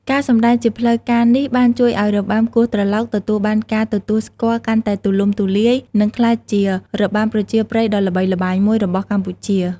ការសម្តែងជាផ្លូវការនេះ បានជួយឱ្យរបាំគោះត្រឡោកទទួលបានការទទួលស្គាល់កាន់តែទូលំទូលាយ និងក្លាយជារបាំប្រជាប្រិយដ៏ល្បីល្បាញមួយរបស់កម្ពុជា។